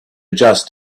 just